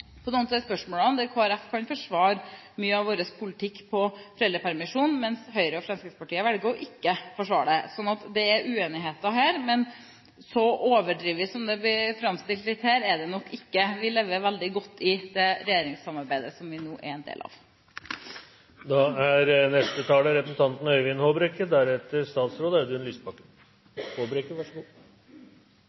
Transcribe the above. til noen av spørsmålene. Kristelig Folkeparti kan forsvare mye av vår politikk når det gjelder foreldrepermisjon, mens Høyre og Fremskrittspartiet velger ikke å forsvare det. Det er altså uenigheter, men så overdrevet som det her blir framstilt, er det nok ikke. Vi lever veldig godt i det regjeringssamarbeidet som vi nå er en del av. Om dette er